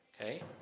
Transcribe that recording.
Okay